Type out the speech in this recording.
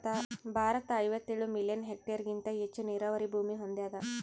ಭಾರತ ಐವತ್ತೇಳು ಮಿಲಿಯನ್ ಹೆಕ್ಟೇರ್ಹೆಗಿಂತ ಹೆಚ್ಚು ನೀರಾವರಿ ಭೂಮಿ ಹೊಂದ್ಯಾದ